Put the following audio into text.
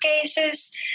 cases